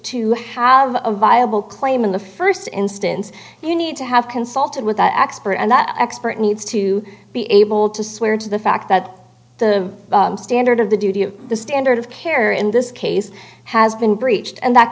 to have a viable claim in the st instance you need to have consulted with that expert and that expert needs to be able to swear to the fact that the standard of the duty of the standard of care in this case has been breached and that